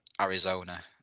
Arizona